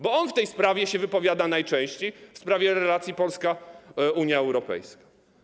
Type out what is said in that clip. Bo on w tej sprawie się wypowiada najczęściej, w sprawie relacji Polska - Unia Europejska.